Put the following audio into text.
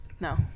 No